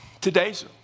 Today's